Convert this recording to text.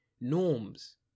norms